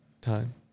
Time